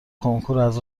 کنکوراز